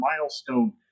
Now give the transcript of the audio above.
milestone